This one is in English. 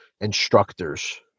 instructors